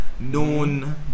known